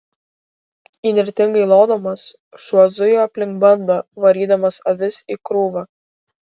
įnirtingai lodamas šuo zujo aplink bandą varydamas avis į krūvą